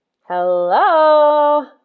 Hello